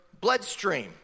bloodstream